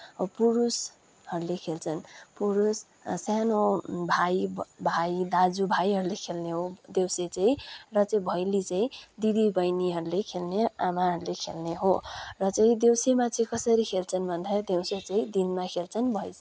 पुरूषहरूले खेल्छन् पुरूष सानो भाइ भाइ दाजु भाइहरूले खेल्ने हो देउसी चाहिँ र चाहिँ भैली चाहिँ दिदी बहिनीहरूले आमाहरूले खेल्ने हो र चाहिँ देउसीमा चाहिँ कसरी खेल्छन् भन्दाखेरि देउसी चाहिँ दिनमा खेल्छन्